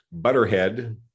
butterhead